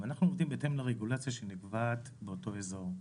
ואנחנו הולכים בהתאם לרגולציה שנקבעת באותו אזור,